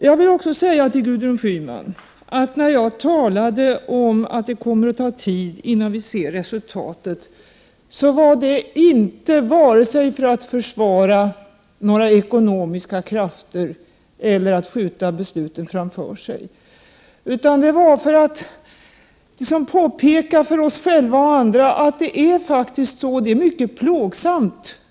Jag vill också säga till Gudrun Schyman att när jag talade om att det kommer att ta tid innan vi ser resultatet var det inte vare sig för att försvara några ekonomiska krafter eller för att skjuta besluten framför oss, utan det var för att påpeka för oss själva och andra att det faktiskt är så.